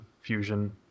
fusion